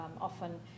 often